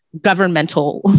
governmental